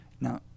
Now